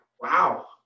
Wow